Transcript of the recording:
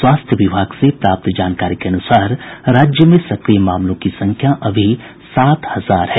स्वास्थ्य विभाग से प्राप्त जानकारी के अनुसार राज्य में सक्रिय मामलों की संख्या अभी सात हजार है